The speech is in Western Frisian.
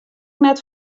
net